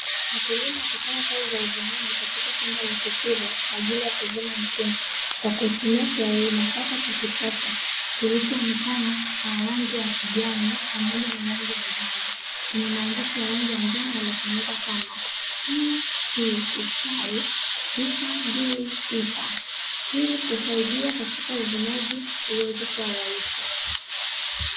Wakulima wakifanya kazi za uvunaji katika shamba la kitivo kwa ajili ya kuvuna mpunga. Kwa kutumia kiari nafaka cha kisasa, kilichoonekana kwa rangi ya kijani pamoja na rangi ya njano, chenye maandishi ya rangi ya njano yanayosomea kama "NS-929", ili kusaidia katika uvunaji uweze kuwa rahisi.